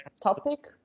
topic